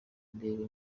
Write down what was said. ndebe